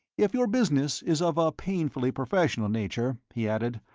if your business is of a painfully professional nature, he added,